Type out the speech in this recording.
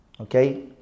Okay